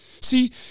See